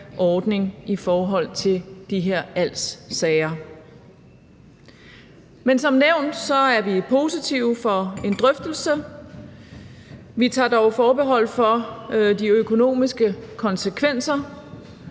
i forhold til de her als-sager. Men som nævnt er vi positive over for en drøftelse. Vi tager dog forbehold for de økonomiske konsekvenser,